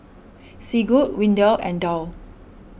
Sigurd Windell and Dow